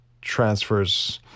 transfers